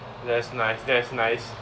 that's nice that's nice